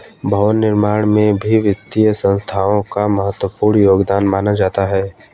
भवन निर्माण में भी वित्तीय संस्थाओं का महत्वपूर्ण योगदान माना जाता है